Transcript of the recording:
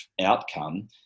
outcome